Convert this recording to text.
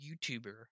YouTuber